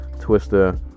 Twister